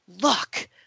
look